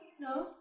no